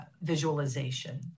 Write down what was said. visualization